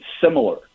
similar